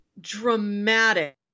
dramatic